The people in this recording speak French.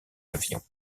avion